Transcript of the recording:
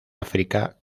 áfrica